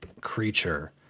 creature